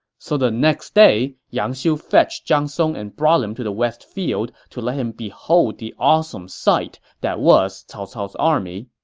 so the next day, yang xiu fetched zhang song and brought him to the west field to let him behold the awesome sight that was cao cao's army.